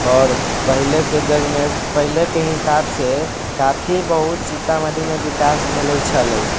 आओर पहिले जगने पहिलेके हिसाब से काफी बहुत सीतामढ़ीमे विकास भेल छलै